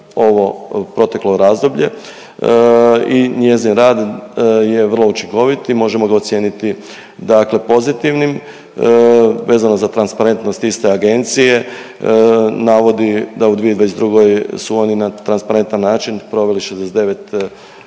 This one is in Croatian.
ovo proteklo razdoblje i njezin rad je vrlo učinkovit i možemo ga ocijeniti dakle pozitivnim vezano za transparentnost iste agencije, navodi da u 2022. su oni na transparentan način proveli 69